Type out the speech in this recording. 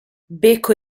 becco